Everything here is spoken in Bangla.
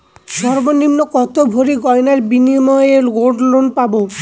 সর্বনিম্ন কত ভরি গয়নার বিনিময়ে গোল্ড লোন পাব?